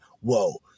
Whoa